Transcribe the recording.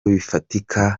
bifatika